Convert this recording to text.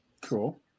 Cool